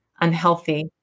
unhealthy